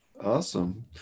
Awesome